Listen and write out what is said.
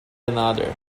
another